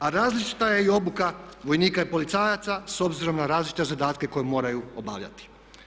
A različita je i obuka vojnika i policajaca s obzirom na različite zadatke koje moraju obavljati.